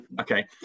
okay